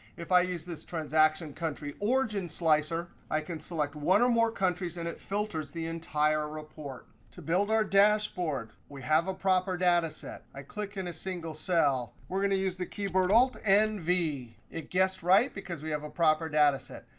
if i use this transaction country origin slicer, i can select one or more countries, and it filters the entire report. to build our dashboard, we have a proper data set. i click in a single cell. we're going to use the keyboard alt, n, v. it guessed right, because we have a proper data set.